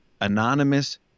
anonymous